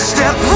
Step